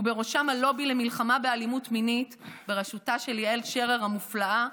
ובראשם הלובי למלחמה באלימות מינית בראשותה של יעל שרר המופלאה,